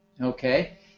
Okay